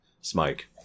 Smike